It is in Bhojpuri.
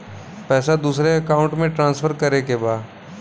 पैसा दूसरे अकाउंट में ट्रांसफर करें के बा?